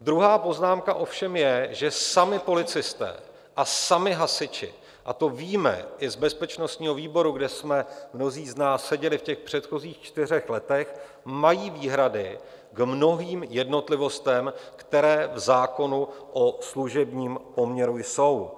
Druhá poznámka ovšem je, že sami policisté a sami hasiči, a to víme i z bezpečnostního výboru, kde jsme mnozí z nás seděli v těch předchozích čtyřech letech, mají výhrady k mnohým jednotlivostem, které v zákonu o služebním poměru jsou.